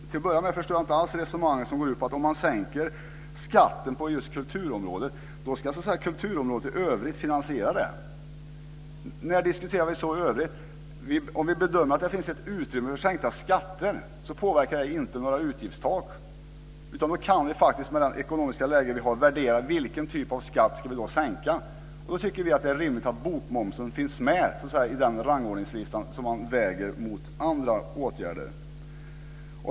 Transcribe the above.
Till att börja med förstår jag inte alls resonemanget att om man sänker skatten just på kulturområdet ska kulturområdet i övrigt finansiera det. När diskuterar vi så i övrigt? Om vi bedömer att det finns ett utrymme för sänkta skatter påverkar det inte några utgiftstak. Då kan vi faktiskt, med det ekonomiska läge vi har, värdera vilken typ av skatt vi ska sänka, och då tycker vi att det är rimligt att bokmomsen finns med på den rangordningslistan, så att säga, och vägs mot andra åtgärder.